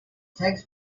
takes